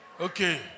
okay